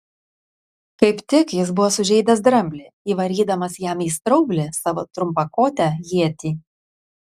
kaip tik jis buvo sužeidęs dramblį įvarydamas jam į straublį savo trumpakotę ietį